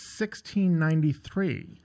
1693